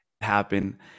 happen